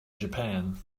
japan